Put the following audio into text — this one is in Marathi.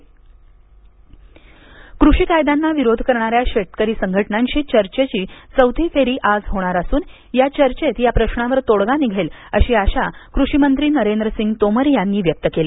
शेतकरी प्रतिनिधी चर्चा कृषी कायद्यांना विरोध करणाऱ्या शेतकरी संघटनांशी चर्चेची चौथी फेरी आज होणार असून या चर्चेत या प्रश्नावर तोडगा निघेल अशी आशा कृषिमंत्री नरेंद्र सिंग तोमर व्यक्त केली